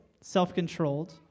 self-controlled